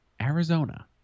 Arizona